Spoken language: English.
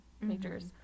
majors